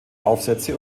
aufsätze